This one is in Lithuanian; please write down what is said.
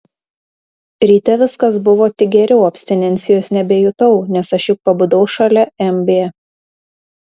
ryte viskas buvo tik geriau abstinencijos nebejutau nes aš juk pabudau šalia mb